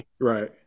Right